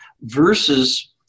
versus